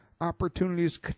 Opportunities